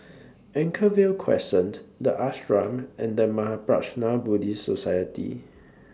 Anchorvale Crescent The Ashram and The Mahaprajna Buddhist Society